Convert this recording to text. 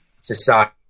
society